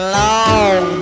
long